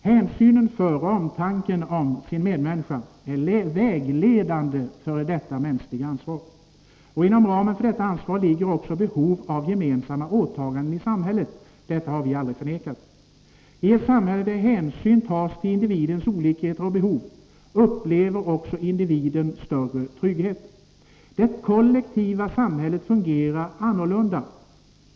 Hänsynen till och omtanken om medmänniskorna är vägledande för detta mänskliga ansvar. Inom ramen för detta ansvar ligger också behov av gemensamma åtaganden i samhället. Detta har vi aldrig förnekat. I ett samhälle, där hänsyn tas till individernas olikheter och behov, upplever också individen större trygghet. Det kollektiva samhället fungerar annorlunda.